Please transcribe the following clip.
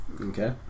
Okay